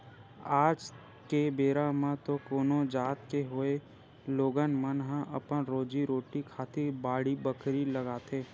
आज के बेरा म तो कोनो जात के होवय लोगन मन ह अपन रोजी रोटी खातिर बाड़ी बखरी लगाथे